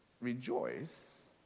rejoice